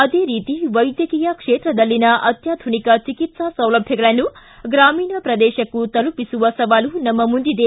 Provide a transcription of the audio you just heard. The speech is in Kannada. ಅದೇ ರೀತಿ ವೈದ್ಯಕೀಯ ಕ್ಷೇತ್ರದಲ್ಲಿನ ಅತ್ಕಾಧುನಿಕ ಚಿಕಿತ್ಸಾ ಸೌಲಭ್ಯಗಳನ್ನು ಗ್ರಾಮೀಣ ಪ್ರದೇಶಕ್ಕೂ ತಲುಪಿಸುವ ಸವಾಲು ನಮ್ಮ ಮುಂದಿದೆ